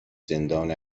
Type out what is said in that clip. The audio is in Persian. زندان